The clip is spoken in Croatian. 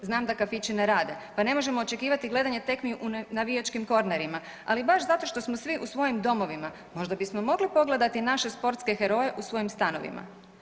Znam da kafići ne rade, pa ne možemo očekivati gledanje tekmi u navijačkim kornerima, ali baš zato što smo svi u svojim domovima možda bismo mogli pogledati naše sportske heroje u svojim stanovima.